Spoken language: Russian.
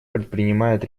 предпринимает